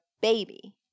baby